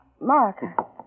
Mark